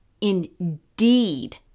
indeed